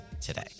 today